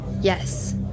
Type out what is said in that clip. Yes